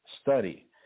study